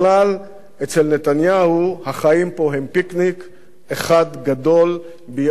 אצל נתניהו החיים פה הם פיקניק אחד גדול ביערות הכרמל.